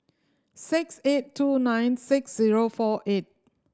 six eight two nine six zero four eight